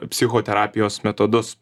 psichoterapijos metodus